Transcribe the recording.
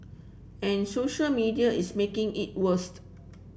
and social media is making it worse